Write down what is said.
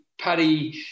Paddy